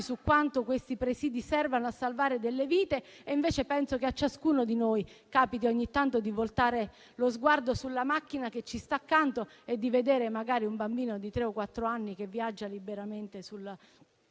su quanto questi presidi servano a salvare delle vite. Eppure, penso che a ciascuno di noi capiti ogni tanto di voltare lo sguardo sulla macchina che ci sta accanto e di vedere magari un bambino di tre o quattro anni che viaggia liberamente sul